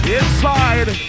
inside